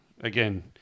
again